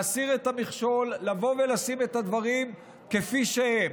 להסיר את המכשול, לבוא ולשים את הדברים כפי שהם.